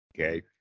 okay